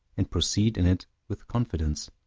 and proceed in it with confidence.